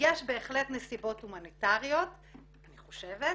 יש בהחלט נסיבות הומניטריות, אני חושבת,